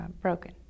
broken